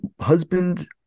husband